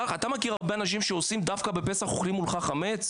אתה מכיר הרבה אנשים שעושים דווקא בפסח ואוכלים מולך חמץ?